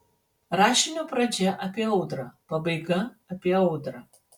rašinio pradžia apie audrą pabaiga apie audrą